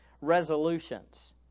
resolutions